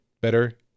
better